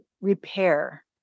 repair